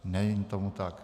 Není tomu tak.